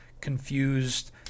confused